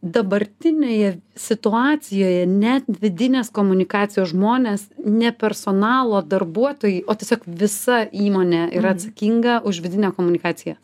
dabartinėje situacijoje net vidinės komunikacijos žmonės ne personalo darbuotojai o tiesiog visa įmonė yra atsakinga už vidinę komunikaciją